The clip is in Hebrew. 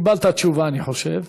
קיבלת תשובה, אני חושב.